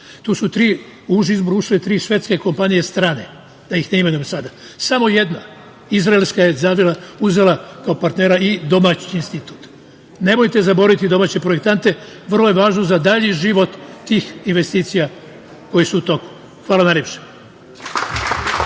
Tu su u uži izbor ušle tri svetske kompanije strane, da ih ne imenujem sada. Samo jedna, izraelska je uzela kao partnera i domaći institut. Nemojte zaboraviti domaće projektante, vrlo je važno za dalji život tih investicija koje su u toku. Hvala najlepše.